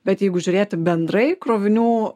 bet jeigu žiūrėti bendrai krovinių